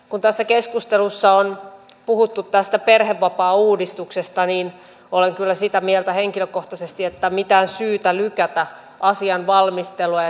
kun tässä keskustelussa on puhuttu tästä perhevapaauudistuksesta niin olen kyllä sitä mieltä henkilökohtaisesti että mitään syytä lykätä asian valmistelua